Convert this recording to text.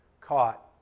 caught